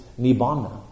Nibbana